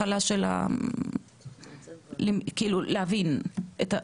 זה מיועד בדיוק לאוכלוסיות מוחלשות ולבתים דלים וזה בא לסייע לבית הספר.